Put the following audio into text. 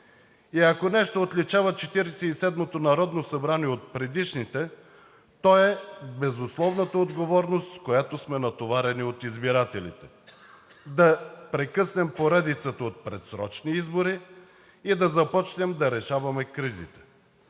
И ако нещо отличава Четиридесет и седмото народно събрание от предишните, то е безусловната отговорност, с която сме натоварени от избирателите – да прекъснем поредицата от предсрочни избори и да започнем да решаваме кризите.